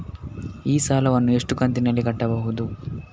ಈ ಸಾಲವನ್ನು ಎಷ್ಟು ಕಂತಿನಲ್ಲಿ ಕಟ್ಟಬಹುದು?